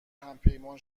همپیمان